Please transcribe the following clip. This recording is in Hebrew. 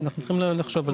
אנחנו צריכים לחשוב על זה.